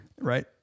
Right